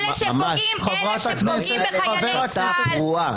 אלה שפוגעים בחיילי צה"ל,